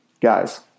Guys